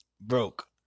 broke